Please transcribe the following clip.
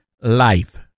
life